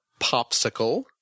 popsicle